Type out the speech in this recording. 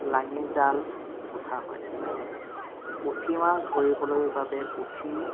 লাঙি জাল গুঠা হয় পুঠি মাছ ধৰিবলৈ বাবে পুঠি